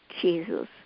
Jesus